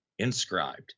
Inscribed